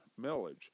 millage